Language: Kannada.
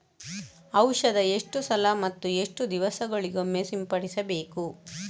ಔಷಧ ಎಷ್ಟು ಸಲ ಮತ್ತು ಎಷ್ಟು ದಿವಸಗಳಿಗೊಮ್ಮೆ ಸಿಂಪಡಿಸಬೇಕು?